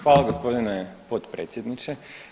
Hvala gospodine potpredsjedniče.